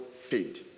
faint